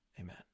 amen